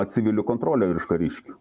civilių kontrolė virš kariškių